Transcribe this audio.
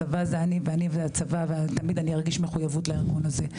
הצבא זה אני ואני זה הצבא ותמיד אני ארגיש מחויבות לארגון הזה,